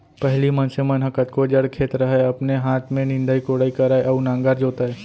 पहिली मनसे मन ह कतको जड़ खेत रहय अपने हाथ में निंदई कोड़ई करय अउ नांगर जोतय